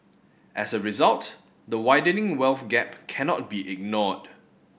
as a result the widening wealth gap cannot be ignored